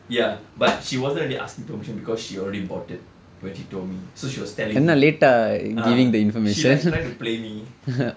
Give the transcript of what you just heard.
ya but she wasn't really asking permission because she already bought it when she told me so she was telling ah she like trying to play me